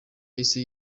yahise